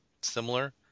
similar